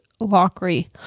Lockery